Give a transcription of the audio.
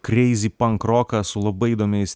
kreizi pankroką su labai įdomiais